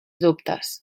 dubtes